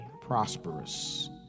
prosperous